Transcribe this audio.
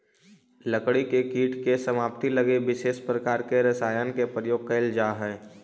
लकड़ी के कीट के समाप्ति लगी विशेष प्रकार के रसायन के प्रयोग कैल जा हइ